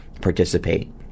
participate